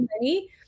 money